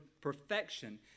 perfection